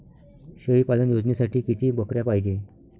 शेळी पालन योजनेसाठी किती बकऱ्या पायजे?